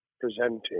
presenting